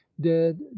dead